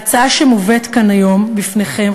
ההצעה שמובאת כאן היום בפניכם,